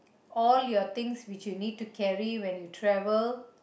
all your things which you need to carry when you travel